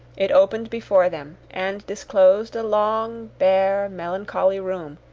it opened before them, and disclosed a long, bare, melancholy room,